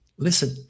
Listen